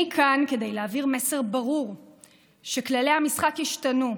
אני כאן כדי להעביר מסר ברור שכללי המשחק השתנו,